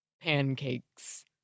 pancakes